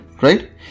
right